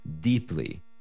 deeply